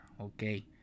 Okay